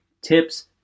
tips